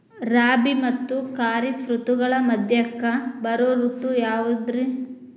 ರಾಬಿ ಮತ್ತ ಖಾರಿಫ್ ಋತುಗಳ ಮಧ್ಯಕ್ಕ ಬರೋ ಋತು ಯಾವುದ್ರೇ?